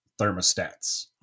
thermostats